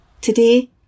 Today